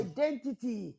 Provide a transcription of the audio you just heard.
Identity